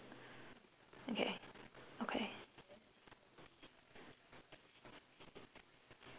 okay okay